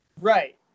Right